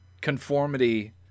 conformity